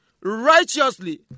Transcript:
righteously